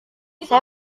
saya